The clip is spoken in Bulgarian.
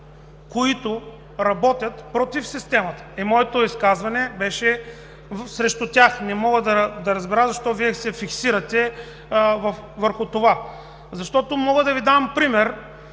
които работят против системата, и моето изказване беше срещу тях. Не мога да разбера защо Вие се фиксирате върху това. Мога да Ви дам пример